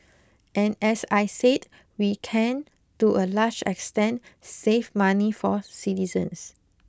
and as I said we can to a large extent save money for citizens